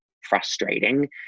frustrating